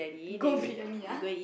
go briyani ah